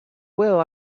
well